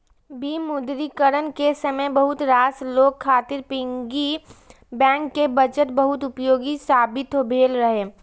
विमुद्रीकरण के समय बहुत रास लोग खातिर पिग्गी बैंक के बचत बहुत उपयोगी साबित भेल रहै